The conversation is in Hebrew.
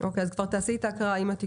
אז זה לענין ההגדרה.